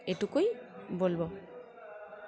এটুকুই বলব